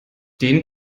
den